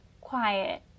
quiet